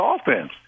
offense